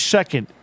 second